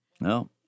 No